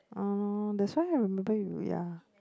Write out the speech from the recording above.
oh that's why maybe we are